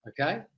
Okay